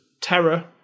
terror